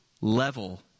level